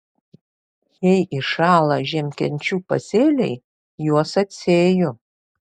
jei iššąla žiemkenčių pasėliai juos atsėju